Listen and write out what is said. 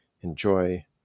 enjoy